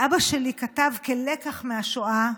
ואבא שלי כתב, כלקח מהשואה,